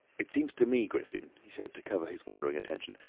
it seems to me, griffin, he said, to cover his wandering attention,